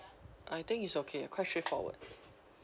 I think is okay ah quite straightforward